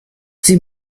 sie